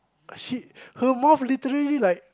she her mouth literally like